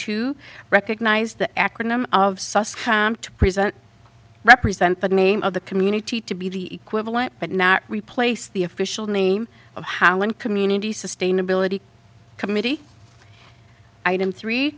to recognise the acronym of sus to present represent the name of the community to be the equivalent but not replace the official name of how one community sustainability committee item three